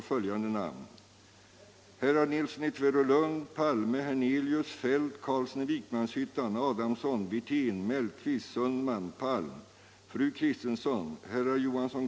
| den det ej vill röstar nej.